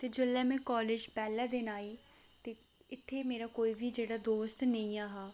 ते जेल्लै में कॉलेज पैह्लें दिन आई ते इत्थै मेरा कोई बी जेह्ड़ा दोस्त निं ऐहा